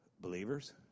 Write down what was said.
believers